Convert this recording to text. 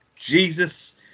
Jesus